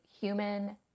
human